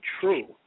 true